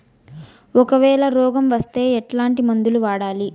ఒకవేల రోగం వస్తే ఎట్లాంటి మందులు వాడాలి?